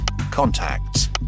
contacts